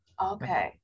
Okay